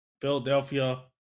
Philadelphia